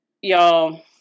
y'all